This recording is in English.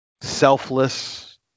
selfless